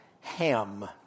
Ham